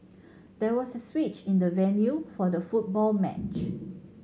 there was a switch in the venue for the football match